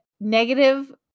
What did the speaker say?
negative